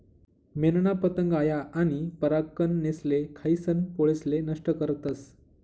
मेनना पतंग आया आनी परागकनेसले खायीसन पोळेसले नष्ट करतस